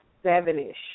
seven-ish